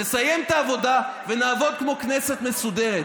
נסיים את העבודה ונעבוד כמו כנסת מסודרת.